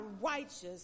righteous